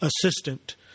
assistant